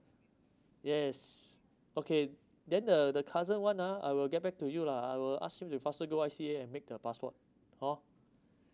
yes okay then the the cousin [one] ah I will get back to you lah I will asked him to faster do I_C and make the passport orh